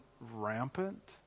rampant